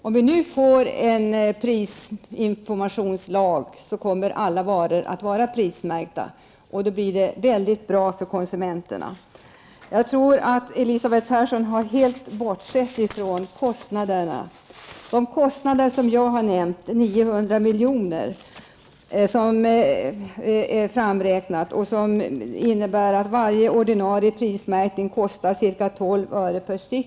Om vi nu får en prisinforamtionslag, kommer alla varor att vara prismärkta. Då blir det mycket bra för konsumenterna. Jag tror att Elisabeth Persson helt har bortsett från kostnaderna. De kostnader som jag har nämnt, 900 milj.kr., innebär att varje ordinarie prismärkning kostar ca 12 öre per styck.